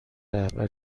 رهبر